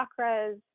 chakras